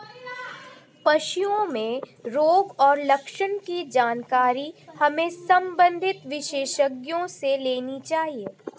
पशुओं में रोग और लक्षण की जानकारी हमें संबंधित विशेषज्ञों से लेनी चाहिए